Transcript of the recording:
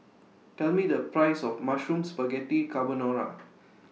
Tell Me The Price of Mushroom Spaghetti Carbonara